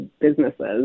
businesses